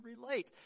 relate